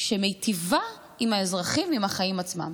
שמיטיבה עם האזרחים, עם החיים עצמם,